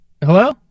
Hello